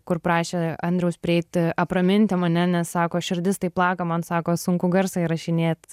kur prašė andriaus prieiti apraminti mane nes sako širdis taip plaka man sako sunku garsą įrašinėt